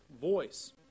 voice